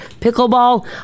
pickleball